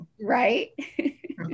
Right